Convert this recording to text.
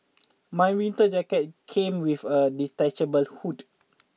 my winter jacket came with a detachable hood